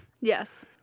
Yes